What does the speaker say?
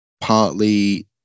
partly